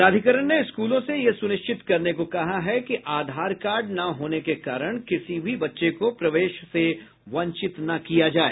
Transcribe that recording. प्राधिकरण ने स्कूलों से यह सुनिश्चित करने को कहा है कि आधार कार्ड न होने के कारण किसी भी बच्चे को प्रवेश से वंचित न किया जाए